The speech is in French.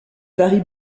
varie